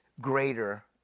greater